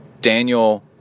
Daniel